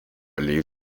liv